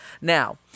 Now